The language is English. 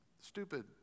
stupid